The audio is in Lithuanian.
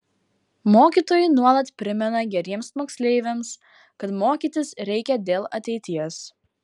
mokytojai nuolat primena geriems moksleiviams kad mokytis reikia dėl ateities